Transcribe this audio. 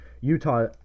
Utah